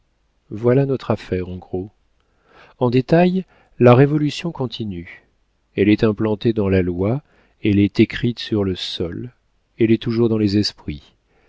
voilà notre affaire en gros en détail la révolution continue elle est implantée dans la loi elle est écrite sur le sol elle est toujours dans les esprits